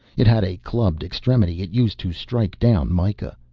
it had a clubbed extremity it used to strike down mikah.